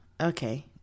Okay